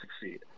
succeed